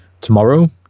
tomorrow